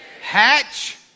Hatch